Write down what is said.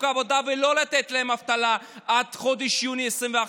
העבודה ולא לתת להם אבטלה עד חודש יוני 2021,